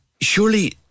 surely